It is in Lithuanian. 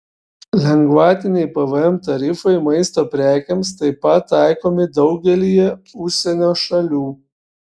lengvatiniai pvm tarifai maisto prekėms taip pat taikomi daugelyje užsienio šalių